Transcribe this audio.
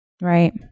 Right